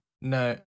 no